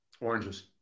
Oranges